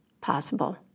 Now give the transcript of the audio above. possible